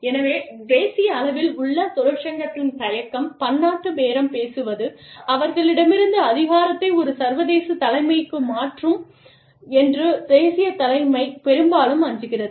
எனவே தேசிய அளவில் உள்ள தொழிற்சங்கத்தின் தயக்கம் பன்னாட்டுப் பேரம் பேசுவது அவர்களிடமிருந்து அதிகாரத்தை ஒரு சர்வதேச தலைமைக்கு மாற்றும் என்று தேசிய தலைமை பெரும்பாலும் அஞ்சுகிறது